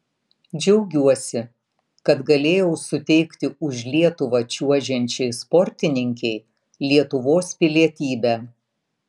džiaugiuosi kad galėjau suteikti už lietuvą čiuožiančiai sportininkei lietuvos pilietybę